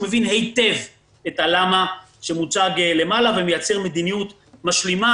כשהוא מבין היטב את הלמה שמוצג למעלה ומייצר מדיניות משלימה.